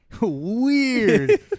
Weird